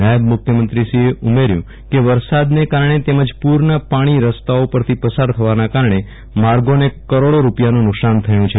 નાયબ મુખ્યમંત્રીશ્રીએ ઉમેર્યું કે વસરાદને કારણે તેમજ પુરના પાણી રસ્તાઓ પરથી પસાર થવાના કારણે માર્ગોને કરોડો રૂપિયાનું નુકસાન થયું છે